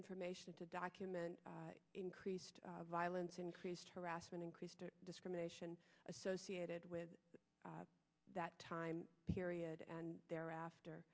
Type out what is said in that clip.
information to document increased violence increased harassment increased or discrimination associated with that time period and thereafter